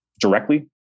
directly